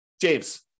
James